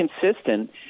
consistent